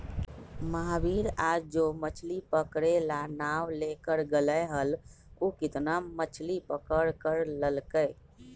महावीर आज जो मछ्ली पकड़े ला नाव लेकर गय लय हल ऊ कितना मछ्ली पकड़ कर लल कय?